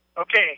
Okay